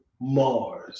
Mars